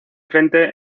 frente